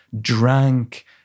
drank